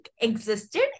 existed